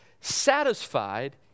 satisfied